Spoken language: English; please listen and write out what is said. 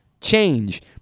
change